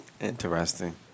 Interesting